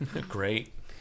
Great